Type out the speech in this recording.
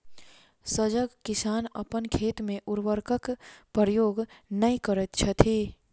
सजग किसान अपन खेत मे उर्वरकक प्रयोग नै करैत छथि